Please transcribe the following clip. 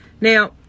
now